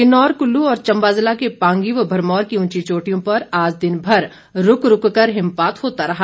किन्नौर कुल्लू और चंबा जिला के पांगी व भरमौर की उंची चोटियों पर आज दिनभर रूक रूक कर हिमपात होता रहा